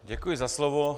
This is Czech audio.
Děkuji za slovo.